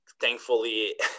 thankfully